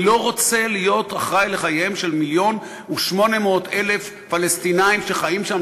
אני לא רוצה להיות אחראי לחייהם של מיליון ו-800,000 פלסטינים שחיים שם,